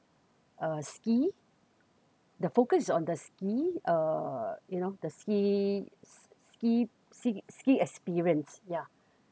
uh ski the focus is on the ski uh you know the ski ski ski experience yeah